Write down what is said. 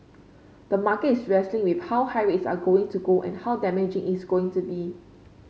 the market is wrestling with how high rates are going to go and how damaging is going to be